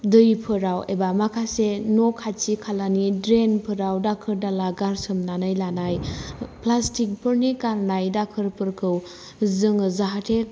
दैफोराव एबा माखासे न' खाथि खालानि ड्रेनफोराव दाखोर दाला गारसोमनानै लानाय प्लास्टिकफोरनि गारनाय दाखोरफोरखौ जोङो जाहाथे